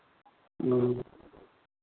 ह्म्म